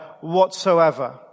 whatsoever